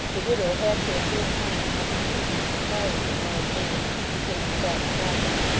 the widow had for the first time an opportunity of inquiring of an old man who came and sat beside them,